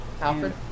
Alfred